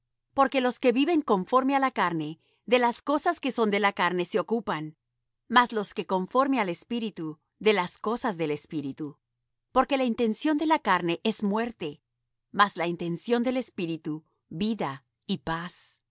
porque los que viven conforme á la carne de las cosas que son de la carne se ocupan mas los que conforme al espíritu de las cosas del espíritu porque la intención de la carne es muerte mas la intención del espíritu vida y paz